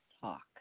talk